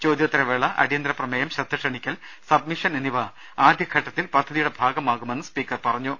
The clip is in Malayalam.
ചോദ്യോത്തര വേള അടിയന്തര പ്രമേ യം ശ്രദ്ധ ക്ഷണിക്കൽ സബ്മിഷൻ എന്നിവ ആദ്യഘട്ടത്തിൽ പദ്ധ തിയുടെ ഭാഗമാകുമെന്ന് സ്പീക്കർ പറഞ്ഞു